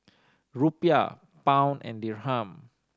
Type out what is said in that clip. Rupiah Pound and Dirham